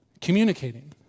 communicating